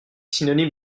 synonyme